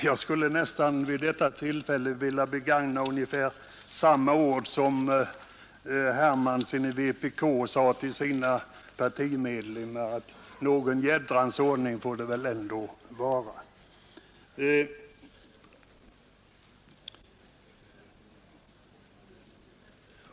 Jag skulle nästan vid detta tillfälle — med ungefär samma ord som herr Hermansson i vpk en gång riktade till sina egna partimedlemmar — vilja säga: Någon jädrans ordning får det väl ändå vara!